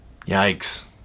Yikes